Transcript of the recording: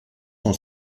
sont